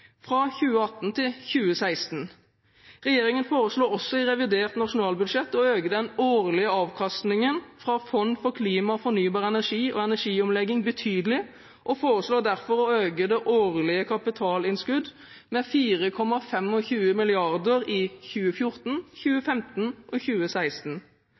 fra 2018 til 2016. Regjeringen foreslår også i revidert nasjonalbudsjett å øke den årlige avkastningen fra Fondet for klima, fornybar energi og energiomlegging betydelig og foreslår derfor å øke det årlige kapitalinnskudd med 4,25 mrd. kr i 2014, 2015 og 2016.